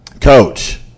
Coach